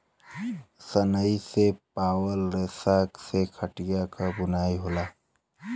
सनई से पावल रेसा से खटिया क बुनाई होला